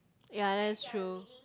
ya that's true